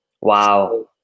Wow